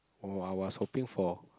oh I was hoping for